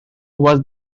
was